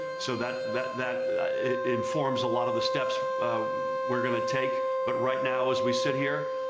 so that that that informs a lot of the steps we're going to take, but right now as we sit here,